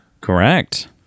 Correct